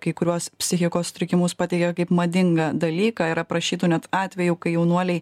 kai kuriuos psichikos sutrikimus pateikia kaip madingą dalyką yra aprašytų net atvejų kai jaunuoliai